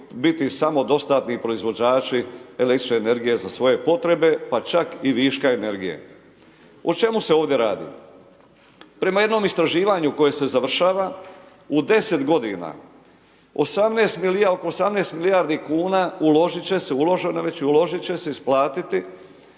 biti samodostatni proizvođači električne energije za svoje potrebe pa čak i viška energije. O čemu se ovdje radi? Prema jednom istraživanju koje se završava u 10 godina oko 18 milijardi kuna uložit će se, uloženo